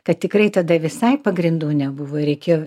kad tikrai tada visai pagrindų nebuvo ir reikėjo